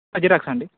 జిరాక్సా అండి